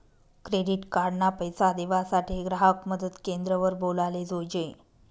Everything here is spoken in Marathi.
क्रेडीट कार्ड ना पैसा देवासाठे ग्राहक मदत क्रेंद्र वर बोलाले जोयजे